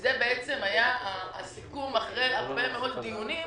וזה היה הסיכום אחרי הרבה מאוד דיונים.